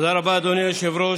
תודה רבה, אדוני היושב-ראש,